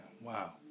wow